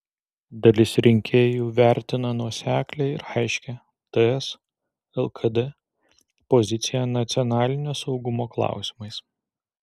dalis rinkėjų vertina nuoseklią ir aiškią ts lkd poziciją nacionalinio saugumo klausimais